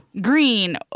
green